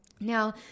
Now